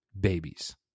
babies